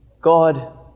god